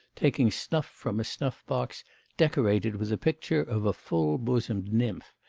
taking snuff from a snuff-box decorated with a picture of a full-bosomed nymph,